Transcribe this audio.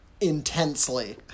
intensely